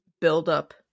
buildup